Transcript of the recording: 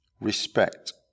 Respect